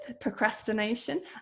procrastination